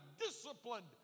disciplined